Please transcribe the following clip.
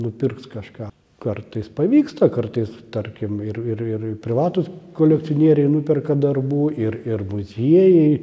nupirks kažką kartais pavyksta kartais tarkim ir ir ir privatūs kolekcionieriai nuperka darbų ir ir muziejai